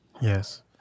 yes